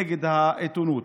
נגד העיתונות.